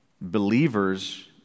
believers